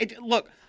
Look